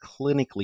clinically